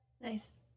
Nice